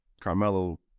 Carmelo